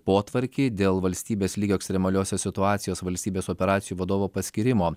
potvarkį dėl valstybės lygio ekstremaliosios situacijos valstybės operacijų vadovo paskyrimo